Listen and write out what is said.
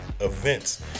events